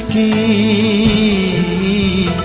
e